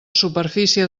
superfície